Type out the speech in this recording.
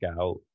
out